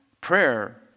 prayer